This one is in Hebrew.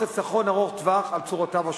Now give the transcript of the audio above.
חיסכון ארוך טווח על צורותיו השונות.